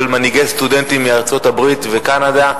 של מנהיגי סטודנטים מארצות-הברית וקנדה,